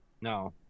no